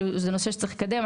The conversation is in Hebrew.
שזה נושא שצריך לקדם.